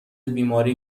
بیماری